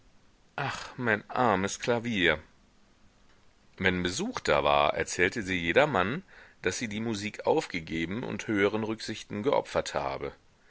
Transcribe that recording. ach mein armes klavier wenn besuch da war erzählte sie jedermann daß sie die musik aufgegeben und höheren rücksichten geopfert habe